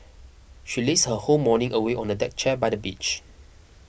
she lazed her whole morning away on a deck chair by the beach